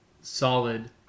solid